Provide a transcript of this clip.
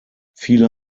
viele